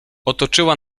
otoczyła